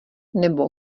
nebo